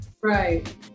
Right